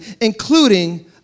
including